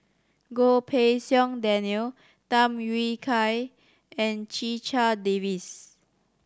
Goh Pei Siong Daniel Tham Yui Kai and Checha Davies